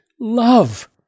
love